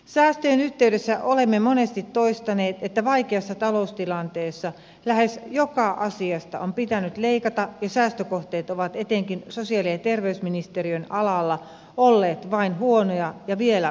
säästöjen yhteydessä olemme monesti toistaneet että vaikeassa taloustilanteessa lähes joka asiasta on pitänyt leikata ja säästökohteet ovat etenkin sosiaali ja terveysministeriön alalla olleet vain huonoja ja vielä huonompia